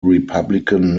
republican